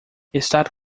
estar